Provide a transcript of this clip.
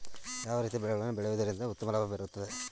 ಯಾವ ರೀತಿಯ ಬೆಳೆಗಳನ್ನು ಬೆಳೆಯುವುದರಿಂದ ಉತ್ತಮ ಲಾಭ ಬರುತ್ತದೆ?